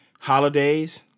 holidays